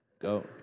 Go